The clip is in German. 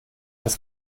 das